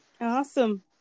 Awesome